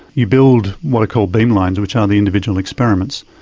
you build what are called beamlines, which are the individual experiments,